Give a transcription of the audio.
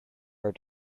are